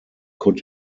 could